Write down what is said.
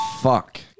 Fuck